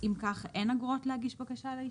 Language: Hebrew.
אם כך, אין אגרות להגיש בקשה לאישור?